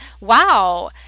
wow